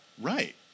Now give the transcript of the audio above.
Right